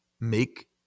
make